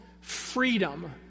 freedom